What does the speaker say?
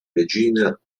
regina